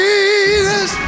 Jesus